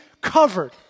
covered